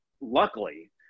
luckily